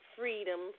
freedom